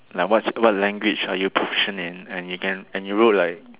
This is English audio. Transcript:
like what's what language are you proficient in and you can and you wrote like